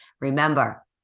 Remember